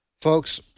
Folks